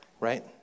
right